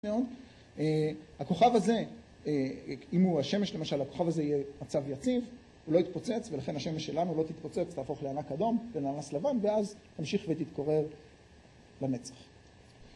הכוכב הזה, אם הוא השמש למשל, הכוכב הזה יהיה מצב יציב, הוא לא יתפוצץ, ולכן השמש שלנו לא תתפוצץ, תהפוך לענק אדום לננס לבן, ואז תמשיך ותתקרר לנצח.